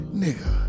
nigga